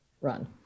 run